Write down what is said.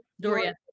Doria